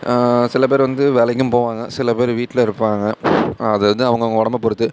சில பேர் வந்து வேலைக்கும் போவாங்க சில பேர் வீட்டில் இருப்பாங்க அது அது அவங்கவங்க உடம்பை பொறுத்தது